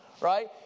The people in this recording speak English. right